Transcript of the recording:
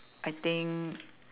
I think